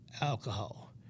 alcohol